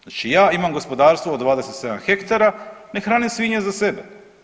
Znači ja imam gospodarstvo od 27 hektara ne hranim svinje za sebe.